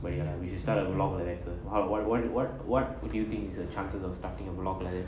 but ya they we should start a vlog like that sir what what what do you think is the chances of starting a vlog like that